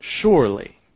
surely